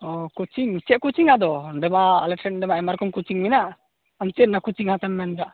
ᱚᱸᱻ ᱠᱳᱪᱤᱝ ᱪᱮᱫ ᱠᱳᱪᱤᱝ ᱟᱫᱚ ᱱᱚᱰᱮ ᱢᱟ ᱟᱞᱮᱴᱷᱮᱱ ᱢᱟ ᱟᱭᱢᱟ ᱨᱚᱠᱚᱢ ᱠᱳᱪᱤᱝ ᱢᱮᱱᱟᱜ ᱟᱢ ᱪᱮᱫ ᱨᱮᱱᱟᱜ ᱠᱳᱪᱤᱝ ᱦᱟᱛᱟᱣ ᱮᱢ ᱢᱮᱱᱮᱫᱟ